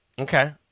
Okay